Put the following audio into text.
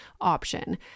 option